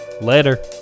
later